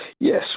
yes